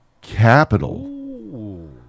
capital